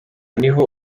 niho